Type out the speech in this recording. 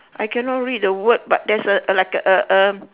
I cannot read the word but there's a like a a a